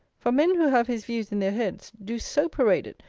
for men who have his views in their heads, do so parade it,